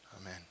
Amen